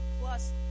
plus